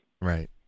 Right